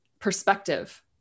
perspective